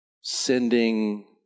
sending